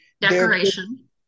decoration